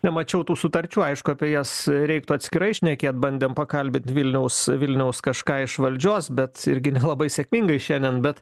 nemačiau tų sutarčių aišku apie jas reiktų atskirai šnekėt bandėm pakalbint vilniaus vilniaus kažką iš valdžios bet irgi nelabai sėkmingai šiandien bet